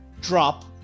drop